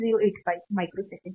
085 micro second आहे